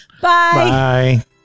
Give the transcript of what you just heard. Bye